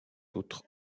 autres